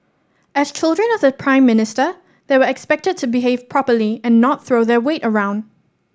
as children of the Prime Minister they were expected to behave properly and not throw their weight around